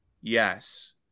yes